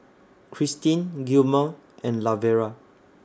Christin Gilmore and Lavera